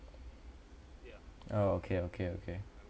oh okay okay okay